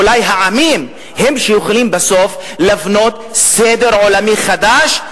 אולי העמים הם שיכולים בסוף לבנות סדר עולמי חדש,